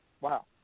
wow